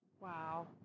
Wow